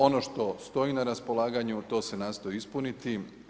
Ono što stoji na raspolaganju, to se nastoji ispuniti.